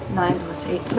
nine plus eight,